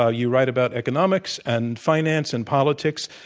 ah you write about economics and finance and politics.